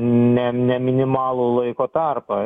ne ne minimalų laiko tarpą